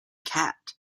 cat